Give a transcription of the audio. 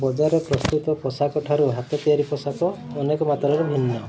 ବଜାର ପ୍ରସ୍ତୁତ ପୋଷାକ ଠାରୁ ହାତ ତିଆରି ପୋଷାକ ଅନେକ ମାତ୍ରାରେ ଭିନ୍ନ